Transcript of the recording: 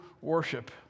worship